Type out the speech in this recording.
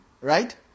Right